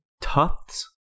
Tufts